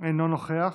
אינו נוכח,